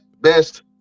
Best